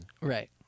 Right